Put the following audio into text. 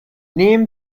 named